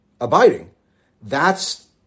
abiding—that's